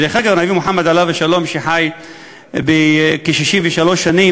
דרך אגב, הנביא מוחמד, עליו השלום, שחי כ-63 שנים,